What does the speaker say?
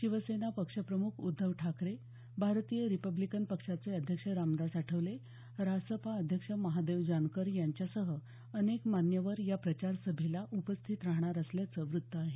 शिवसेना पक्षप्रमुख उद्धव ठाकरे भारतीय रिपब्लीकन पक्षाचे अध्यक्ष रामदास आठवले रासपा अध्यक्ष महादेव जानकर यांच्यासह अनेक मान्यवर या प्रचार सभेला उपस्थित राहणार असल्याचं वृत्त आहे